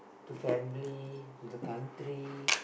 to family to the country